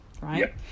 Right